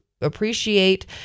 appreciate